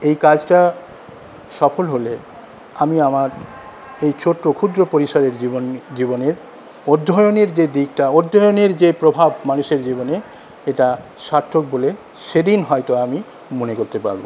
এই কাজটা সফল হলে আমি আমার এই ছোট্ট ক্ষুদ্র পরিসরের জীবন জীবনের অধ্যয়নের যে দিকটা অধ্যয়নের যে প্রভাব মানুষের জীবনে এটা সার্থক বলে সেদিন হয়তো আমি মনে করতে পারবো